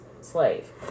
slave